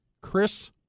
Chris